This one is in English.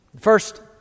First